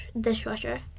dishwasher